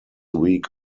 week